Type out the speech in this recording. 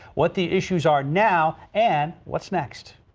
what the issues are now and what's next.